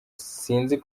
isinzi